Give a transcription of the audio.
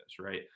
right